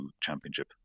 Championship